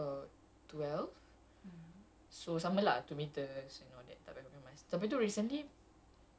ya my lindy punya yang solo pun begitu uh our capacity is about twelve